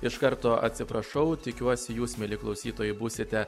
iš karto atsiprašau tikiuosi jūs mieli klausytojai būsite